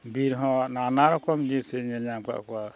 ᱵᱤᱨ ᱦᱚᱸ ᱱᱟᱱᱟ ᱨᱚᱠᱚᱢ ᱡᱤᱱᱤᱥ ᱧᱮᱞ ᱧᱟᱢ ᱟᱠᱟᱫ ᱠᱚᱣᱟ